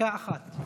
דקה אחת.